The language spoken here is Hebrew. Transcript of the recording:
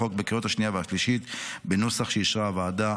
החוק בקריאות השנייה והשלישית בנוסח שאישרה הוועדה.